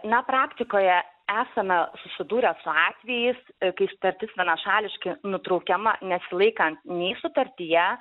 na praktikoje esame susidūrę su atvejais kai sutartis vienašališkai nutraukiama nesilaikant nei sutartyje